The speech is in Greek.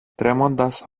τρέμοντας